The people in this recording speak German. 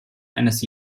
eines